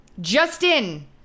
Justin